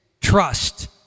Trust